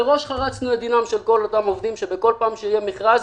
מראש חרצנו את דינם של כל אותם עובדים שכל פעם שיהיה מכרז,